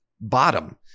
bottom